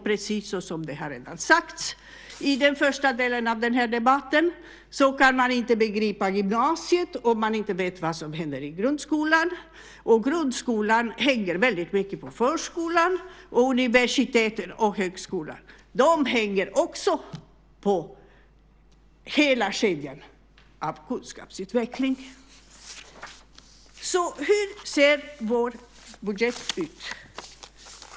Precis som redan har sagts i den första delen av debatten kan man nämligen inte begripa gymnasiet om man inte vet vad som händer i grundskolan, grundskolan är starkt beroende av förskolan, och universitet och högskola är också beroende av hela kedjan av kunskapsutveckling. Hur ser då vår budget ut?